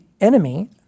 enemy